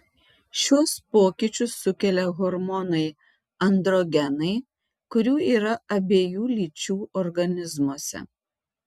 šiuos pokyčius sukelia hormonai androgenai kurių yra abiejų lyčių organizmuose